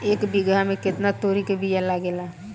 एक बिगहा में केतना तोरी के बिया लागेला?